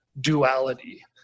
duality